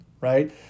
right